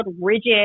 rigid